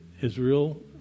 Israel